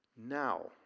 Now